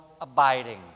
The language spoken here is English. abiding